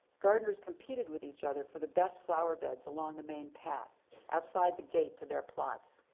gardeners competed with each other for the best flower beds along the main path outside the gate to their plots.